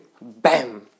Bam